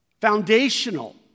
foundational